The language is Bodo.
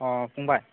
अ फंबाइ